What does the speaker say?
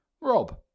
Rob